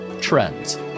trends